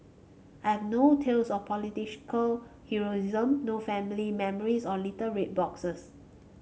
I have no tales of heroism no family memories or little red boxes